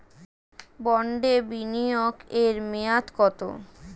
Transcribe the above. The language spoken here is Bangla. বন্ডে বিনিয়োগ এর মেয়াদ কত?